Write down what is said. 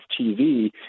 TV